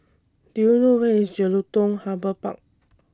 Do YOU know Where IS Jelutung Harbour Park